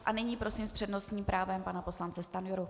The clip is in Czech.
A nyní prosím s přednostním právem pana poslance Stanjuru.